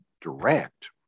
direct